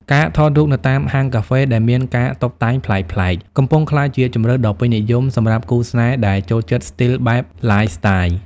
ការថតរូបនៅតាមហាងកាហ្វេដែលមានការតុបតែងប្លែកៗ កំពុងក្លាយជាជម្រើសដ៏ពេញនិយមសម្រាប់គូស្នេហ៍ដែលចូលចិត្តស្ទីលបែប Lifestyle។